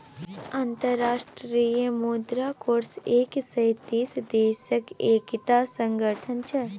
अंतर्राष्ट्रीय मुद्रा कोष एक सय तीस देशक एकटा संगठन छै